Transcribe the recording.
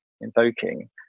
invoking